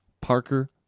Parker